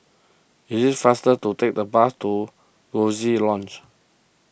it is faster to take the bus to Coziee Lodge